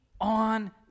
on